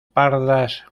pardas